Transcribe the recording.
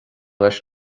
leis